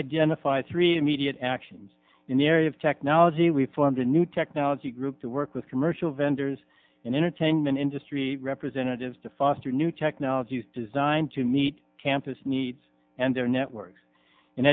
identify three immediate actions in the area of technology we formed a new technology group to work with commercial vendors in entertainment industry representatives to foster new technologies designed to meet campus needs and their networks